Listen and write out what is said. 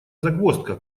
загвоздка